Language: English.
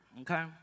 okay